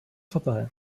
vorbei